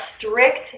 strict